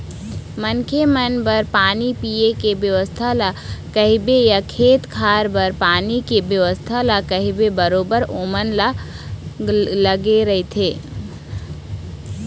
मनखे मन बर पानी पीए के बेवस्था ल कहिबे या खेत खार बर पानी के बेवस्था ल कहिबे बरोबर ओमन ह लगे रहिथे